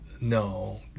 no